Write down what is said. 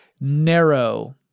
narrow